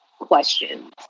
questions